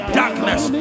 darkness